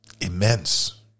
immense